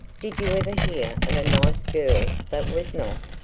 did you ever hear of a nice girl that was not?